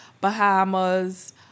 Bahamas